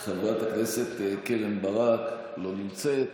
חברת הכנסת קרן ברק, לא נמצאת.